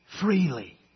Freely